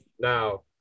Now